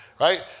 right